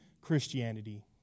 christianity